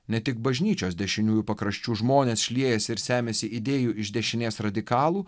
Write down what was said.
ne tik bažnyčios dešiniųjų pakraščių žmonės šliejasi ir semiasi idėjų iš dešinės radikalų